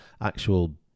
actual